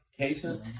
cases